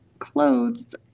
clothes